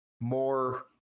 more